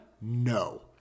No